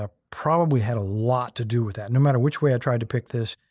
ah probably had a lot to do with that. no matter which way i tried to pick this,